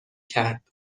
کرد